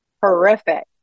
horrific